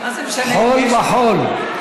חול וחול.